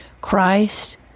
Christ